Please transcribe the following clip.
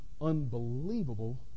unbelievable